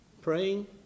praying